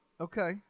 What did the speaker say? Okay